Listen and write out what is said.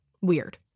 Weird